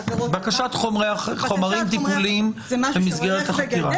בקשת חומרים טיפוליים במסגרת החקירה.